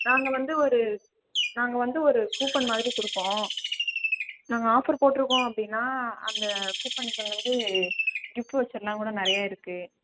நாங்கள் வந்து ஒரு நாங்கள் வந்து ஒரு கூப்பன் மாதிரி கொடுப்போம் நாங்கள் ஆஃபர் போட்டிருக்கோம் அப்படின்னா அந்த கூப்பனுக்கு வந்து கிஃப்ட் வவுச்சரெல்லாம் கூட நிறைய இருக்குது